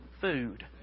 food